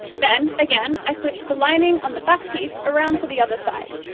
then, again, i flipped the lining on the back piece around to the other side.